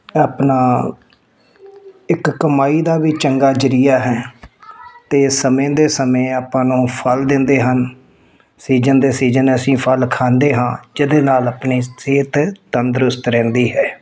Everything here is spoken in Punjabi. ਆਪਣਾ ਇੱਕ ਕਮਾਈ ਦਾ ਵੀ ਚੰਗਾ ਜ਼ਰੀਆ ਹੈ ਅਤੇ ਸਮੇਂ ਦੇ ਸਮੇਂ ਆਪਾਂ ਨੂੰ ਫਲ ਦਿੰਦੇ ਹਨ ਸੀਜਨ ਦੇ ਸੀਜਨ ਅਸੀਂ ਫਲ ਖਾਂਦੇ ਹਾਂ ਜਿਹਦੇ ਨਾਲ ਆਪਣੀ ਸਿਹਤ ਤੰਦਰੁਸਤ ਰਹਿੰਦੀ ਹੈ